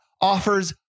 offers